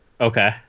okay